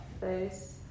face